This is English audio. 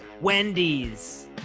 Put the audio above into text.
Wendy's